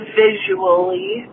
visually